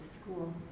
school